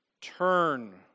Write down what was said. turn